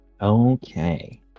Okay